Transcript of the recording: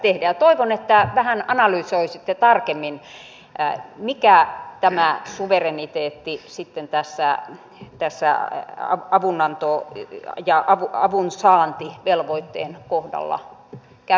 toivon että vähän analysoisitte tarkemmin mikä tämä suvereniteetti sitten tässä avunanto ja avunsaantivelvoitteen kohdalla mi kä